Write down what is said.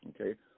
Okay